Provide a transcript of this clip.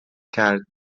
کرد